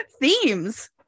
themes